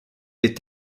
des